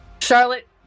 Charlotte